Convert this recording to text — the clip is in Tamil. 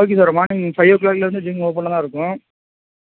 ஓகே சார் மார்னிங் ஃபைவ் ஓ க்ளாக்லருந்து ஜிம் ஓப்பனில் தான் இருக்கும்